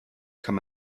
kann